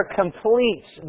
completes